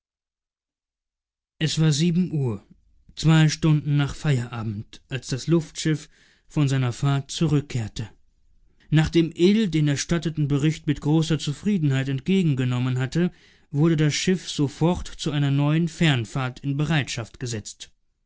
es war sieben uhr zwei stunden nach feierabend als das luftschiff von seiner fahrt zurückkehrte nachdem ill den erstatteten bericht mit großer zufriedenheit entgegengenommen hatte wurde das schiff sofort zu einer neuen fernfahrt in bereitschaft gesetzt